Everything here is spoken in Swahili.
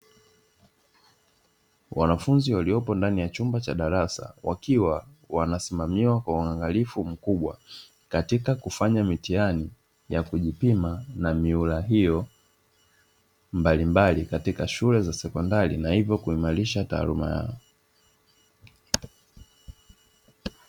Wanafunzi waliopo ndani ya chumba cha darasa, wakiwa wanasimamiwa kwa uangalifu mkubwa katika kufanya mitihani ya kujipima na mihula hiyo mbalimbali katika shule za sekondari na hivyo kuhimarisha taaluma yao.